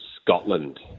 Scotland